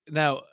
now